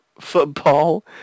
football